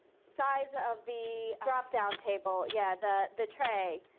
size of the drop down table, yeah, the the tray,